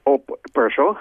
o prašau